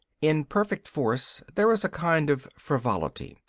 in perfect force there is a kind of frivolity,